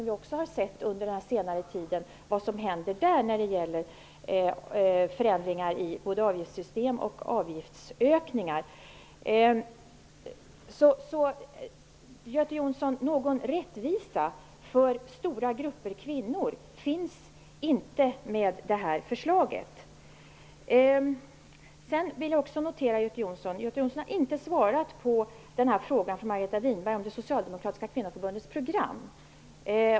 Vi har ju under senare tid sett vad som skett där i form av avgiftsökning och förändringar i avgiftssystem. Göte Jonsson! För stora grupper av kvinnor finns det alltså inte någon rättvisa i det här förslaget. Jag vill också notera att Göte Jonsson inte har svarat på frågan från Margareta Winberg om det socialdemokratiska kvinnoförbundets program.